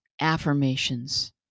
affirmations